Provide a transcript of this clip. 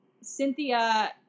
cynthia